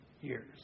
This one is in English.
years